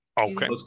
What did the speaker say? Okay